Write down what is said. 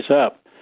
up